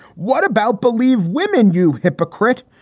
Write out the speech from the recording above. what about believe women, you hypocrite?